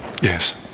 Yes